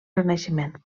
renaixement